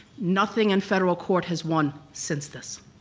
nothing in federal court has won since this.